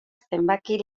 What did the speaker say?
zenbaki